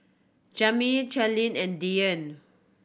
Jaimie Charleen and Dyan